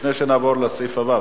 לפני שנעבור לסעיף הבא,